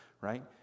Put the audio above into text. right